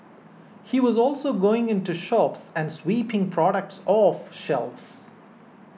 he was also going into shops and sweeping products off shelves